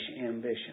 ambition